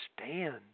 understand